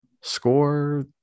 score